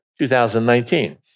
2019